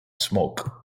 smoke